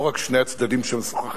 לא רק שני הצדדים שמשוחחים,